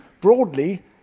broadly